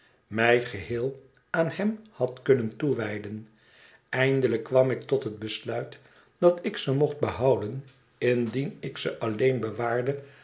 mij geheel aan hem had kunnen toewijden eindelijk kwam ik tot het besluit dat ik ze mocht behouden indien ik ze alleen bewaarde